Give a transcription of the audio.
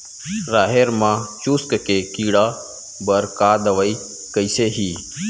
राहेर म चुस्क के कीड़ा बर का दवाई कइसे ही?